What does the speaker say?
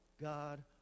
God